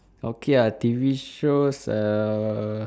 okay ah T_V shows err